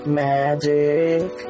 magic